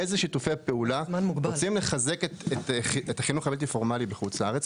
איזה שיתופי פעולה יש כדי לחזק את החינוך הבלתי פורמלי בחוץ-לארץ.